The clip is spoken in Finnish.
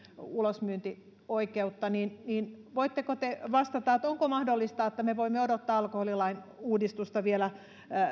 ulosmyyntioikeutta voitteko te vastata onko mahdollista että me voimme odottaa alkoholilain uudistusta vielä